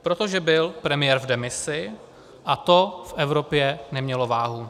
Protože byl premiér v demisi a to v Evropě nemělo váhu.